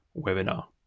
webinar